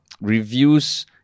reviews